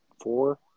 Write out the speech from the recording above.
four